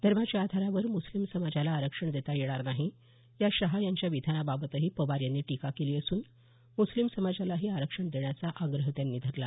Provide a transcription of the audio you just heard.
धर्माच्या आधारावर मुस्लिम समाजाला आरक्षण देता येणार नाही या शहा यांच्या विधानाबाबतही पवार यांनी टीका केली असून मुस्लिम समाजालाही आरक्षण देण्याचा आग्रह त्यांनी धरला